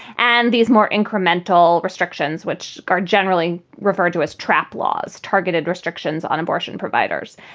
and these more incremental restrictions, which are generally referred to as trappe laws, targeted restrictions on abortion providers.